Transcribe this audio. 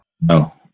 No